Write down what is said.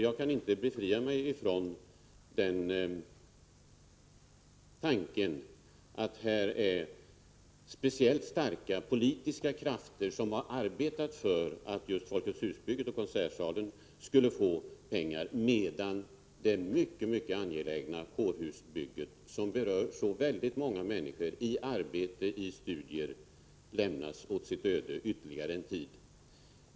Jag kan inte befria mig från tanken att det är speciellt starka politiska krafter som har arbetat för att just Folkets hus-bygget och konsertsalen skulle få pengar, medan det mycket angelägna kårhusbygget, som berör så många människor — i arbete och i studier — lämnas åt sitt öde ytterligare en tid.